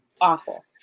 awful